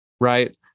right